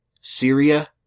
syria